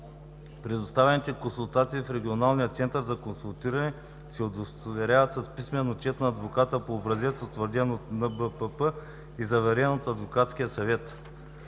Предоставените консултации в Регионалния център за консултиране се удостоверяват с писмен отчет на адвоката по образец, утвърден от НБПП и заверен от адвокатския съвет.